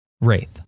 Wraith